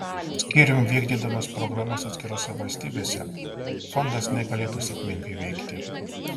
skyrium vykdydamas programas atskirose valstybėse fondas negalėtų sėkmingai veikti